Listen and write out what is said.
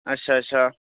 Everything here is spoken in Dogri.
अच्छा अच्छा